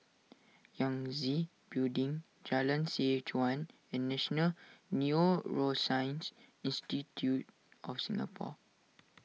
Yangtze Building Jalan Seh Chuan and National Neuroscience Institute of Singapore